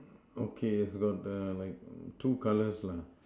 okay got the like two colours lah